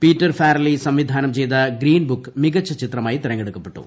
Peter Farrelly സംവിധാനം ചെയ്ത Green Book മികച്ച ചിത്രമായി തിരഞ്ഞെടുക്കപ്പെട്ടു